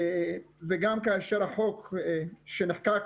וגם כאשר החוק שנחקק